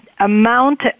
amount